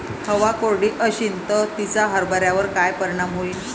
हवा कोरडी अशीन त तिचा हरभऱ्यावर काय परिणाम होईन?